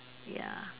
ya